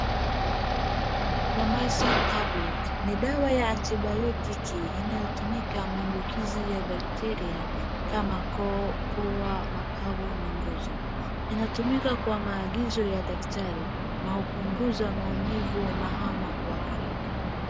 Azithromycin tablets ni dawa y antibiotiki inayotumika maambukizi ya bakteria kama koo, pua, mabavu na ngozi. Inatumika kwa maagizo ya daktari na hupunguza maumivu na homa kwa harak.